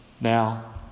Now